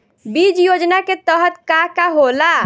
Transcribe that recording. बीज योजना के तहत का का होला?